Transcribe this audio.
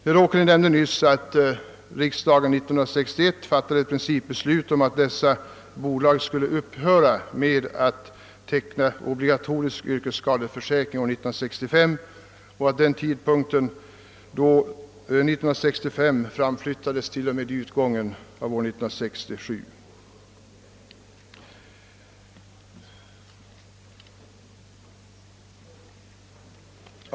Som herr Åkerlind nämnde fattade riksdagen 1961 principbeslut om att dessa bolag år 1965 skulle upphöra med att teckna obligatorisk yrkesskadeförsäkring, och vid den sistnämnda tidpunkten framflyttades tiden härför till utgången av år 1967.